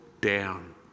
down